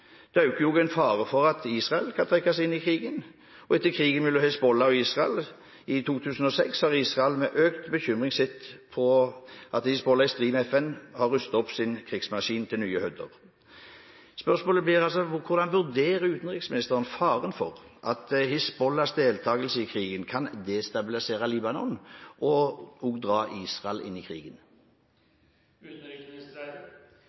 Det øker faren for at Israel kan trekkes inn i krigen. Og etter krigen mellom Hizbollah og Israel i 2006 har Israel en økt bekymring for at Hizbollah – i strid med FN – har rustet opp sin krigsmaskin til nye høyder. Hvordan vurderer utenriksministeren faren for at Hizbollahs deltakelse i krigen kan destabilisere Libanon og da dra Israel inn i